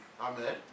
Amen